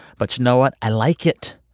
but you know what? i like it,